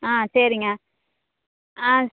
ஆ சரிங்க ஆ